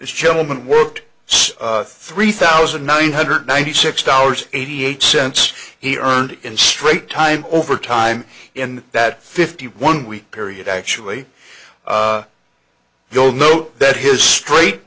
gentleman worked three thousand nine hundred ninety six dollars eighty eight cents he earned in straight time over time in that fifty one week period actually you'll note that his straight